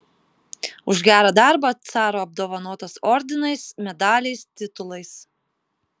už gerą darbą caro apdovanotas ordinais medaliais titulais